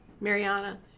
Mariana